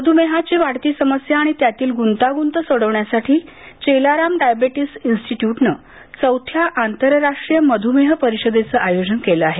मध्रमेहाची वाढती समस्या आणि त्यातील गृंतागंत सोडवण्यासाठी चेलाराम डायवेटीस इस्टिटट्यूटने चौथ्या आंतरराष्ट्रीय मध्रमेह परिषदेचं आयोजन केलं आहे